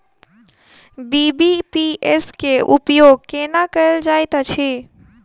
BBPS केँ उपयोग केना कएल जाइत अछि?